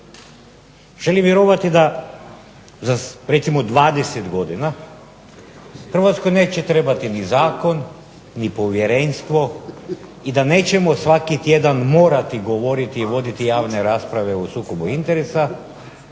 Želim vjerovati recimo da za 20 godina Hrvatskoj neće trebati ni zakon, ni povjerenstvo i da nećemo morati svaki tjedan morati govoriti i voditi javne rasprave o sukoba interesa,